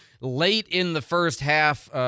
late-in-the-first-half